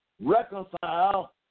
reconcile